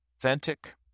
authentic